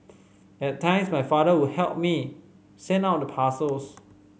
at times my father would help me send out the parcels